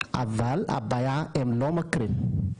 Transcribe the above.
אבל הבעיה הם לא מכירים.